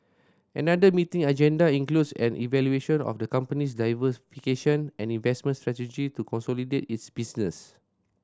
another meeting agenda includes an evaluation of the company's diversification and investment strategy to consolidate its business